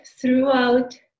throughout